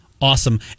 Awesome